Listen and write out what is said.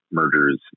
mergers